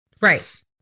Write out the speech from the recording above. Right